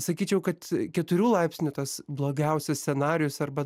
sakyčiau kad keturių laipsnių tas blogiausias scenarijus arba